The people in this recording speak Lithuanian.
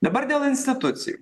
dabar dėl institucijų